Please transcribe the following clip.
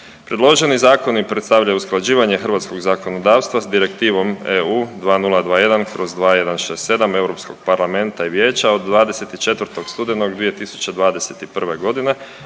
Predloženi zakoni predstavljaju usklađivanje hrvatskog zakonodavstva s Direktivom EU 2021/2167 Europskog parlamenta i Vijeća od 24. studenog 2021. godine